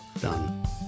Done